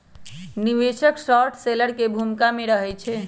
निवेशक short seller की भूमिका में रहइ छै